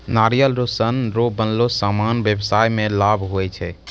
नारियल रो सन रो बनलो समान व्याबसाय मे लाभ हुवै छै